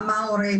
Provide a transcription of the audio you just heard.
מה ההורה,